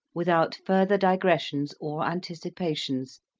without further digressions or anticipations,